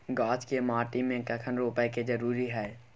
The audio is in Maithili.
गाछ के माटी में कखन रोपय के जरुरी हय?